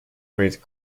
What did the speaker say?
read